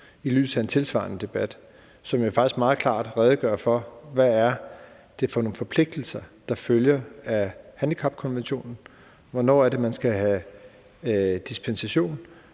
i lyset af en tilsvarende debat, som faktisk meget klart redegør for, hvad det er for nogle forpligtelser, der følger af handicapkonventionen, hvornår det er, man skal have dispensation,